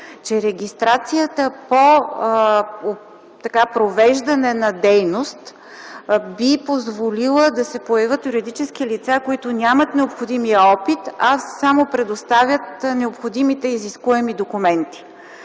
че регистрацията по провеждане на дейност би позволила да се появят юридически лица, които нямат необходимия опит, а само предоставят необходимите изискуеми документи.